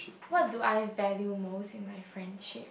what do I value most in my friendship